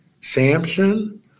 Samson